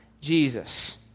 Jesus